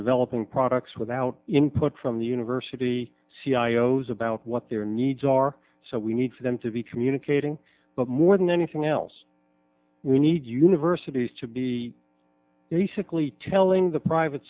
developing products without input from the university c i o's about what their needs are so we need for them to be commute kading but more than anything else we need universities to be basically telling the private